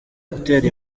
gutera